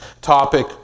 topic